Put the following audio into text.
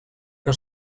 que